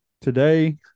today